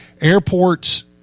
airports